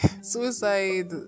Suicide